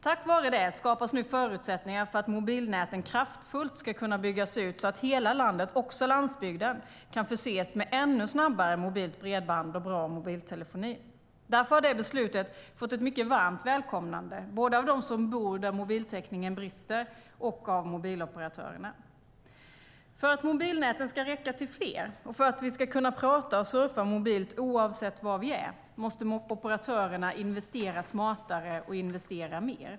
Tack vare det skapas nu förutsättningar för att mobilnäten kraftfullt ska kunna byggas ut så att hela landet, också landsbygden, kan förses med ännu snabbare mobilt bredband och bra mobiltelefoni. Därför har det beslutet fått ett mycket varmt välkomnande både av dem som bor där mobiltäckningen brister och av mobiloperatörerna. För att mobilnäten ska räcka till fler, och för att vi ska kunna prata och surfa mobilt oavsett var vi är, måste operatörerna investera smartare och investera mer.